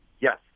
Yes